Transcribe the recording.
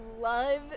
love